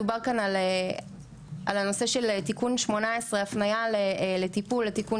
דובר כאן על הנושא של תיקון 18. הפניה לטיפול לתיקון